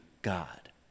God